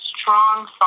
strong